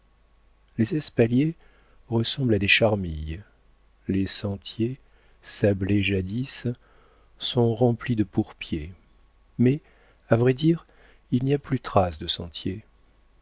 les espaliers ressemblent à des charmilles les sentiers sablés jadis sont remplis de pourpier mais à vrai dire il n'y a plus trace de sentier